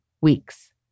weeks